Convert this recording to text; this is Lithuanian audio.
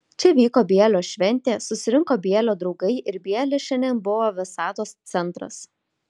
čia vyko bielio šventė susirinko bielio draugai ir bielis šiandien buvo visatos centras